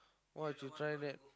!woah! should try that